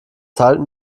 halten